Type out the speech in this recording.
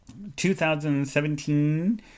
2017